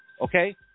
okay